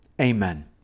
Amen